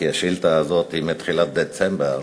כי השאילתה הזאת היא מתחילת דצמבר,